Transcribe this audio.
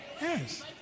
Yes